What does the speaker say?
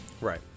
Right